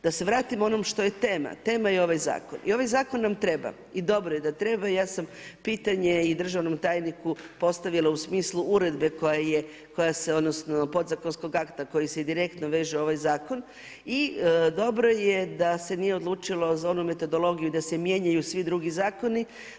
Da se vratimo ono što je tema, tema je ovaj zakon i ovaj zakon nam treba i dobro je da treba, ja sam pitanje i državnom tajniku postavila u smislu uredbe koja se, odnosno podzakonskog akta koji se direktno veže na ovaj zakon i dobro je da se nije odlučilo za onu metodologiju da se mijenjaju svi drugi zakoni.